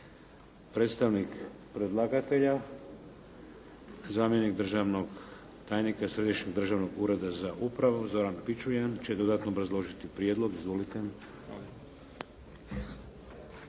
Predstavnik predlagatelja zamjenik državnog tajnika Središnjeg državnog ureda za upravu Zoran Pičuljan će dodatno obrazložiti prijedlog. Izvolite.